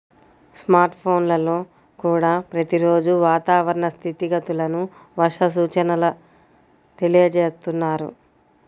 smart ఫోన్లల్లో కూడా ప్రతి రోజూ వాతావరణ స్థితిగతులను, వర్ష సూచనల తెలియజేస్తున్నారు